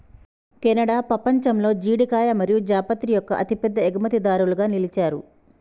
Canada పపంచంలో జీడికాయ మరియు జాపత్రి యొక్క అతిపెద్ద ఎగుమతిదారులుగా నిలిచారు